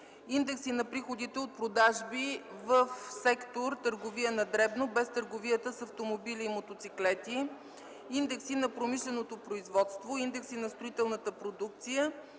индекси от приходите от продажби в сектор „Търговия на дребно”, без търговията с автомобили и мотоциклети; индекси на промишленото производство; индекси на строителната продукция